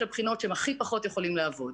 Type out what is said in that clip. הבחינות בה הם הכי פחות יכולים לעבוד.